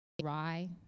dry